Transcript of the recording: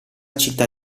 città